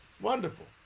Wonderful